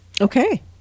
Okay